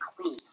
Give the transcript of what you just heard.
clean